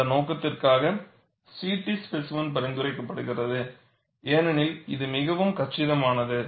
அந்த நோக்கத்திற்காக CT specimen பரிந்துரைக்கப்படுகிறது ஏனெனில் இது மிகவும் கச்சிதமானது